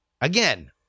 Again